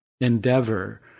endeavor